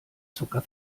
zucker